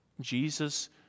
Jesus